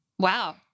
wow